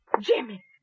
Jimmy